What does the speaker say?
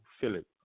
Philip